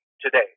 today